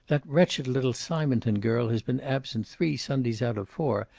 that wretched little simonton girl has been absent three sundays out of four.